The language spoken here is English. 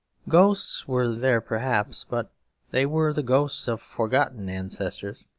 ghosts were there perhaps, but they were the ghosts of forgotten ancestors.